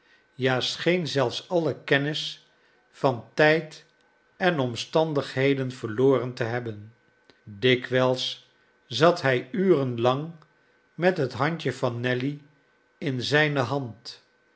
ja scheen zelfs alle kennis van tijd en omstandigheden verloren te hebben dikwijls zat hij uren lang met het handje van nelly in zijne hand